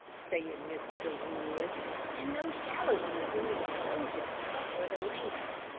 sad mr. wood and those shallow ones in the enclosure are for the lambs.